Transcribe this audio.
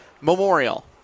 Memorial